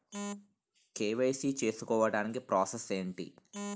KYC చేసుకోవటానికి process ఏంటి?